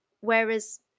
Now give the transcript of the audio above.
whereas